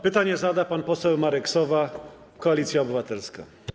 Pytanie zada pan poseł Marek Sowa, Koalicja Obywatelska.